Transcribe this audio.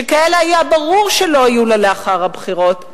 שכאלה היה ברור שלא יהיו לה לאחר הבחירות,